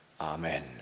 Amen